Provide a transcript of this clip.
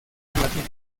latina